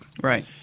right